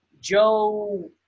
Joe